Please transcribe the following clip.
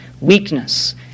weakness